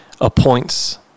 appoints